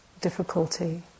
difficulty